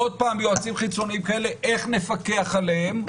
עוד פעם יועצים חיצוניים כאלה, איך נפקח עליהם?